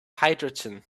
hydrogen